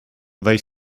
they